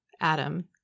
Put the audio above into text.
Adam